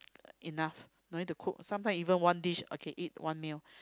enough no need to cook sometimes even one dish okay eat one meal